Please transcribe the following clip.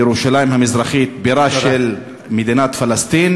ירושלים המזרחית היא בירה של מדינת פלסטין